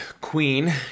queen